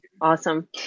Awesome